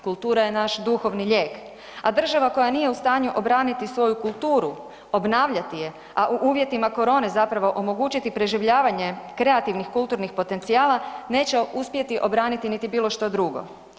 Kultura je naš duhovni lijek, a država koja nije u stanju obraniti svoju kulturu, obnavljati je, a u uvjetima korone zapravo omogućiti preživljavanje kreativnih kulturnih potencijala, neće uspjeti obraniti niti bilo što drugo.